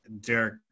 Derek